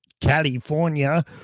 California